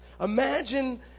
Imagine